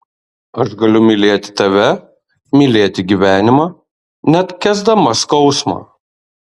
aš galiu mylėti tave mylėti gyvenimą net kęsdama skausmą